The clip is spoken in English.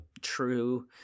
true